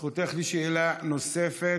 זכותך לשאלה נוספת.